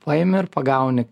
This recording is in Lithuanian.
paimi ir pagauni